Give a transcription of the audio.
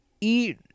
eat